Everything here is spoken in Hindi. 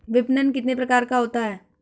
विपणन कितने प्रकार का होता है?